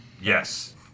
Yes